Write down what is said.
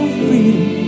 freedom